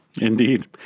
Indeed